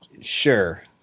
sure